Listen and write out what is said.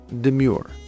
Demure